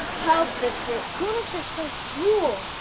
i'll fix it, grown-ups are so cruel.